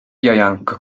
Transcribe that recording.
ieuanc